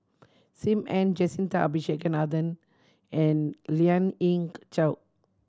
Sim Ann Jacintha Abisheganaden and Lien Ying Chow